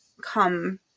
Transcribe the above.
come